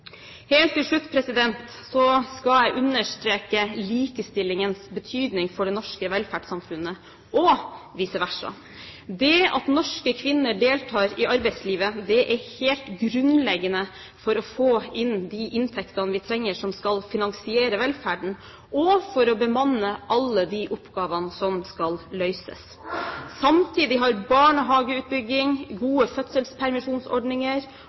Helt til slutt vil jeg understreke likestillingens betydning for det norske velferdssamfunnet og vice versa. Det at norske kvinner deltar i arbeidslivet, er helt grunnleggende for å få inn de inntektene vi trenger for å finansiere velferden og for å bemanne alle de oppgavene som skal løses. Samtidig har barnehageutbygging, gode fødselspermisjonsordninger